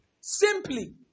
Simply